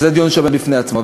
וזה דיון שעומד בפני עצמו.